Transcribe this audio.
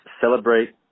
celebrate